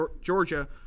Georgia